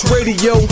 Radio